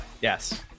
Yes